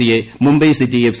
സിയെ Mumbai city F